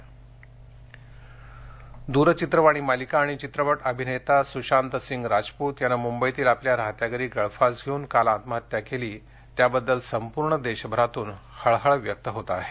राजपत द्रचित्रवाणी मालिका आणि चित्रपट अभिनेता सुशांतसिंग राजपूत यानं मुंबईतील आपल्या राहत्या घरी गळफास घेऊन काल आत्महत्या केली त्याबद्दल संपूर्ण देशभरातून हळहळ व्यक्त होत आहे